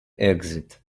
exit